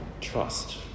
trust